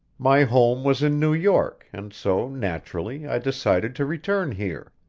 my home was in new york, and so, naturally, i decided to return here.